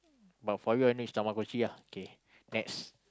but for you only is Tamagochi ah okay next